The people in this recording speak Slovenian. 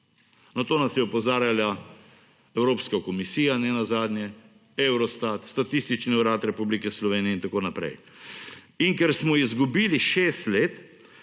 Na to nas je opozarjala Evropska komisije nenazadnje Eurostat, Statistični urad Republike Slovenije in tako naprej. In ker smo izgubili 6 let,